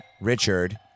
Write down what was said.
Richard